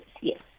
yes